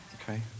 Okay